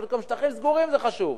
אבל גם שטחים סגורים זה חשוב,